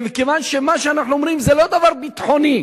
כיוון שמה שאנחנו אומרים זה לא דבר ביטחוני.